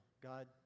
God